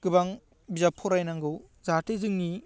गोबां बिजाब फरायनांगौ जाहाथे जोंनि